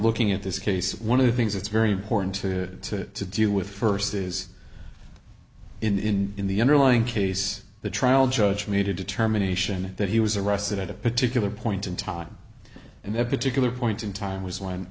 looking at this case one of the things that's very important to deal with first is in in the underlying case the trial judge made a determination that he was arrested at a particular point in time and that particular point in time was when